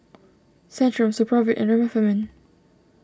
Centrum Supravit and Remifemin